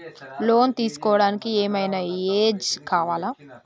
Loan తీస్కోవడానికి ఏం ఐనా ఏజ్ కావాలా?